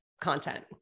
content